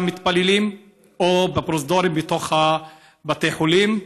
או בפרוזדורים בתוך בתי החולים.